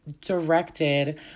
directed